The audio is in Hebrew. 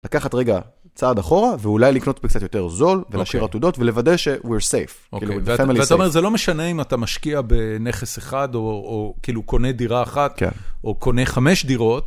לקחת רגע צעד אחורה, ואולי לקנות בקצת יותר זול, ולהשאיר עתודות, ולוודא ש-We're safe. ואתה אומר, זה לא משנה אם אתה משקיע בנכס אחד, או כאילו קונה דירה אחת, כן, או קונה חמש דירות.